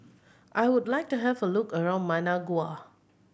I would like to have a look around Managua